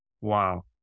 Wow